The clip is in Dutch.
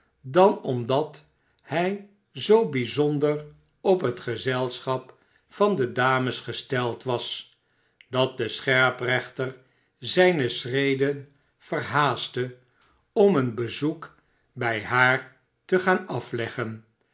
dan omdat hij zoo bijzonder op het gezelschap van dames gesteld was dat de scherprechter zijne schreden verhaastte om een bezoek bij haar te gaan afleggen